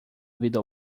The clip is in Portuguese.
vida